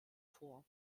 vor